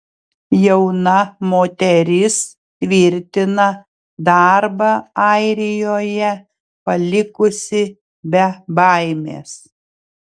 jauna moteris tvirtina darbą airijoje palikusi be baimės